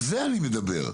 על זה אני מדבר.